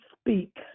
speak